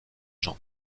jean